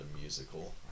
musical